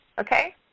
Okay